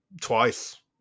twice